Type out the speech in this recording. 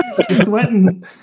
Sweating